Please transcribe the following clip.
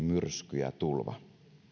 myrsky ja tulva